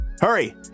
Hurry